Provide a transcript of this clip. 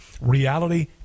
reality